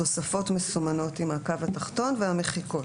התוספות מסומנות עם הקו התחתון והמחיקות.